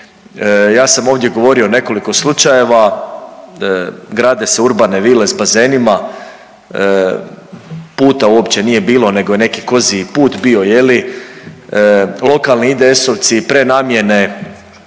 Ja sam ovdje govorio o nekoliko slučajeva grade se urbane vile s bazenima, puta uopće nije bilo neko je neki kozji put bio, lokalni IDS-ovci prenamijene